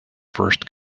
first